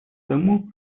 тому